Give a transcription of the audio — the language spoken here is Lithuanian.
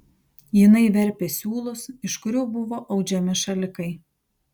jinai verpė siūlus iš kurių buvo audžiami šalikai